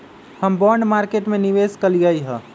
हम bond market में निवेश कलियइ ह